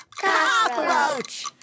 cockroach